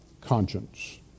conscience